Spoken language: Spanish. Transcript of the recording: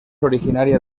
originaria